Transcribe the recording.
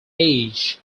age